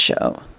show